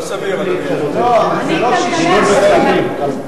לא סביר, אדוני היושב-ראש.